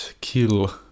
kill